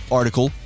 article